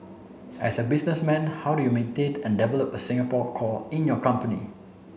as a businessman how do you maintained and develop a Singapore core in your company